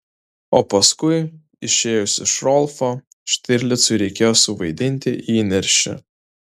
o paskui išėjus iš rolfo štirlicui reikėjo suvaidinti įniršį